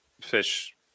fish